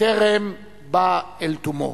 טרם בא אל תומו.